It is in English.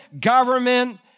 government